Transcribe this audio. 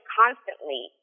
constantly